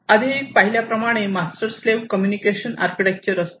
आधी पाहिल्याप्रमाणे master slave communication architecture असते